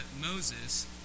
Moses